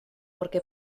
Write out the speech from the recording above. porque